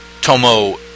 Tomo